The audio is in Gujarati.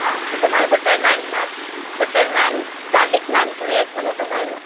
હા તો તમારે બટર નાનમાં બટર નાન ગાર્લિક નાન જોએ છે ને તમારે